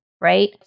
right